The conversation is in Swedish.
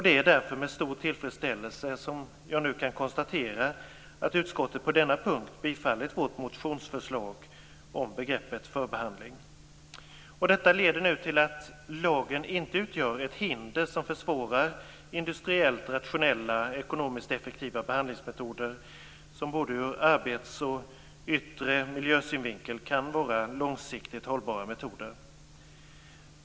Det är därför med stor tillfredsställelse som jag nu kan konstatera att utskottet på denna punkt tillstyrker vårt motionsförslag om begreppet förbehandling. Detta leder nu till att lagen inte utgör ett hinder som försvårar industriellt rationella och ekonomiskt effektiva behandlingsmetoder som kan vara långsiktigt hållbara metoder både ur arbetsmiljösynvinkel och yttre miljösynvinkel.